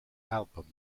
album